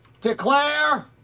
declare